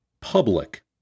public